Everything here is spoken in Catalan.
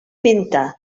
pintar